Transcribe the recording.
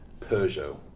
Peugeot